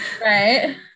Right